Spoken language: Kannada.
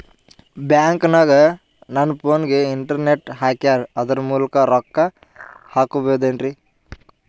ಬ್ಯಾಂಕನಗ ನನ್ನ ಫೋನಗೆ ಇಂಟರ್ನೆಟ್ ಹಾಕ್ಯಾರ ಅದರ ಮೂಲಕ ರೊಕ್ಕ ಹಾಕಬಹುದೇನ್ರಿ?